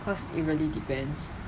cause it really depends